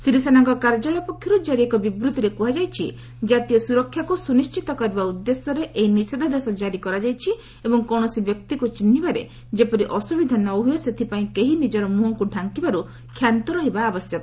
ସିରିସେନାଙ୍କ କାର୍ଯ୍ୟାଳୟ ପକ୍ଷରୁ ଜାରି ଏକ ବିବୃଭିରେ କୁହାଯାଇଛି କାତୀୟ ସୁରକ୍ଷାକୁ ସୁନିଶ୍ଚିତ କରିବା ଉଦ୍ଦେଶ୍ୟରେ ଏହି ନିଷେଧାଦେଶ ଜାରି କରାଯାଇଛି ଏବଂ କୌଣସି ବ୍ୟକ୍ତିକୁ ଚିହ୍ନିବାରେ ଯେପରି ଅସୁବିଧା ନ ହୁଏ ସେଥିପାଇଁ କେହି ନିଜର ମୁହଁକୁ ଢାଙ୍କିବାରୁ କ୍ଷାନ୍ତ ରହିବା ଆବଶ୍ୟକ